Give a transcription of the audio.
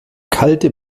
kalte